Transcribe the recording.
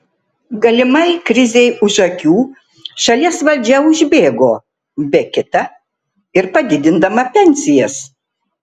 galimai krizei už akių šalies valdžia užbėgo be kita ir padidindama pensijas